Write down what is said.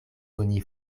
oni